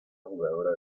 jugadora